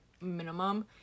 minimum